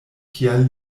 kial